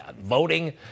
voting